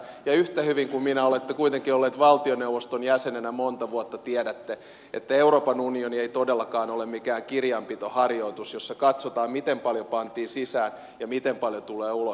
yhtä hyvin kuin minä olette kuitenkin ollut valtioneuvoston jäsenenä monta vuotta tiedätte että euroopan unioni ei todellakaan ole mikään kirjanpitoharjoitus jossa katsotaan miten paljon pantiin sisään ja miten paljon tulee ulos